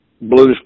blues